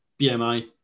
BMI